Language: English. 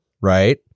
right